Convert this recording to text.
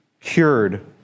cured